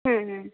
ହୁଁ ହୁଁ